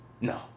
No